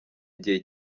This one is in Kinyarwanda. igihe